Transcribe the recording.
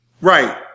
Right